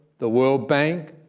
the world bank,